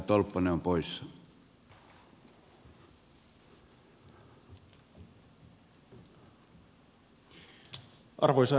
arvoisa herra puhemies